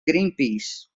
greenpeace